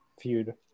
feud